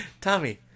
Tommy